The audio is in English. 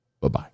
Bye-bye